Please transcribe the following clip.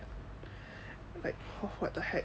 like what the heck